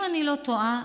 אם אני לא טועה,